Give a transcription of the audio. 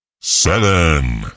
seven